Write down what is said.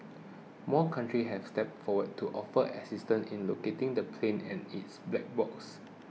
more countries have stepped forward to offer assistance in locating the plane and its black boxes